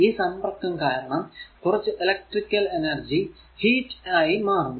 ഈ സമ്പർക്കം കാരണം കുറച്ചു ഇലെക്ട്രിക്കൽ എനർജി ഹീറ്റ് ആയി മാറുന്നു